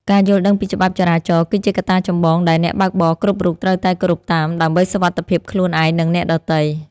ការយល់ដឹងពីច្បាប់ចរាចរណ៍គឺជាកត្តាចម្បងដែលអ្នកបើកបរគ្រប់រូបត្រូវតែគោរពតាមដើម្បីសុវត្ថិភាពខ្លួនឯងនិងអ្នកដទៃ។